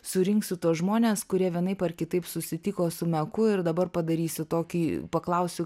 surinksiu tuos žmones kurie vienaip ar kitaip susitiko su meku ir dabar padarysiu tokį paklausiu